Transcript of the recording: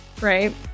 right